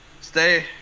stay